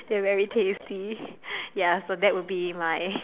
they're very tasty ya so that will be my